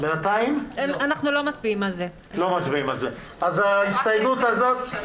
חשוב להבהיר שזה